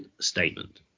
statement